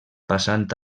passant